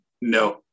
No